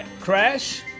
crash